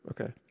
Okay